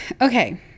Okay